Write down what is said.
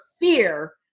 fear